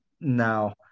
now